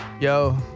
Yo